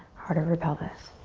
heart over pelvis.